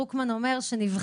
דרוקמן הגיב